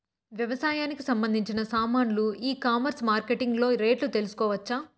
వ్యవసాయానికి సంబంధించిన సామాన్లు ఈ కామర్స్ మార్కెటింగ్ లో రేట్లు తెలుసుకోవచ్చా?